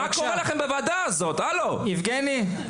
בבקשה יבגני.